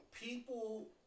people